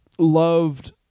Loved